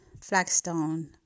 flagstone